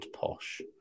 posh